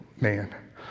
man